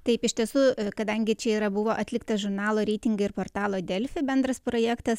taip iš tiesų kadangi čia yra buvo atliktas žurnalo reitingai ir portalo delfi bendras projektas